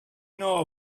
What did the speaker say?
know